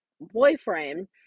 boyfriend